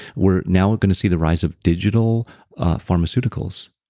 we're now going to see the rise of digital pharmaceuticals.